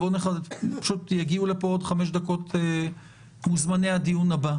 פשוט יגיעו לכאן בעוד חמש דקות מוזמני הדיון הבא,